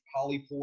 polypore